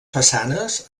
façanes